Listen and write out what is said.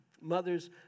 mothers